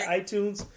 iTunes